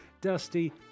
Dusty